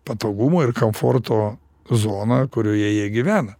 patogumo ir kamforto zoną kurioje jie gyvena